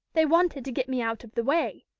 they wanted to get me out of the way.